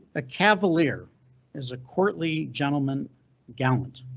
ah cavalier is a courtly gentleman gallant.